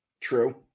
True